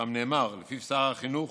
שלפיו שר החינוך